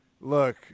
Look